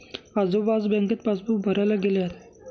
आजोबा आज बँकेत पासबुक भरायला गेले आहेत